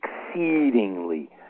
exceedingly